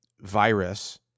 virus